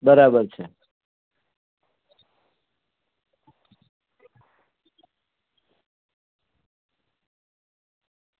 બરાબર છે